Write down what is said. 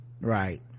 right